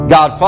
God